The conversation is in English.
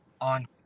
on